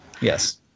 yes